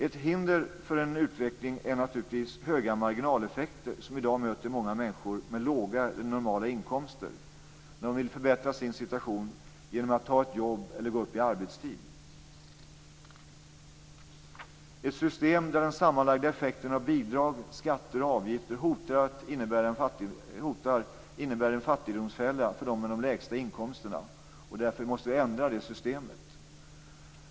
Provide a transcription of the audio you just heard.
Ett hinder för en utveckling är naturligtvis höga marginaleffekter som i dag möter många människor med låga eller normala inkomster när de vill förbättra sin situation genom att ta ett jobb eller gå upp i arbetstid. Ett system där den sammanlagda effekten av bidrag, skatter och avgifter hotar innebär en fattigdomsfälla för dem med de lägsta inkomsterna. Därför måste vi ändra det systemet.